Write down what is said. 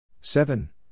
Seven